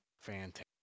Fantastic